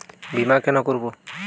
বিমা কেন করব?